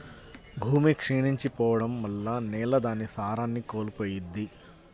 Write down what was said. భూమి క్షీణించి పోడం వల్ల నేల దాని సారాన్ని కోల్పోయిద్ది